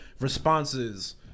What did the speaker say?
Responses